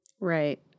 Right